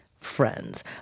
Friends